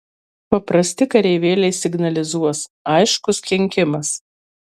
paprasti kareivėliai signalizuos aiškus kenkimas